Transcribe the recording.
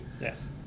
Yes